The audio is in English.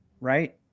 right